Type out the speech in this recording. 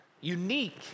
unique